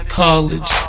college